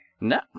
no